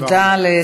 תודה רבה.